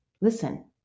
Listen